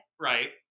Right